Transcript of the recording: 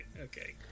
Okay